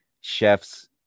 chef's